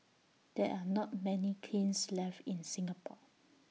there are not many kilns left in Singapore